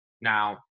Now